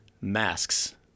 masks